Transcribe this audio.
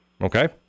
Okay